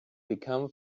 become